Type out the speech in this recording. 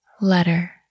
letter